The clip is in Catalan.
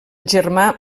germà